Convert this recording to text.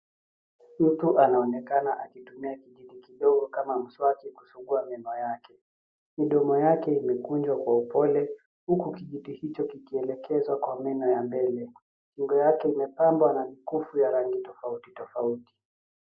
Mtu anaonekana akitumia kijiti kidogo kama mswaki, kusugua meno yake. Midomo yake imekunjwa kwa upole, huku kijiti hicho kikielekezwa kwa meno ya mbele. Shingo yake imepambwa na mikufu ya rangi tofauti tofauti.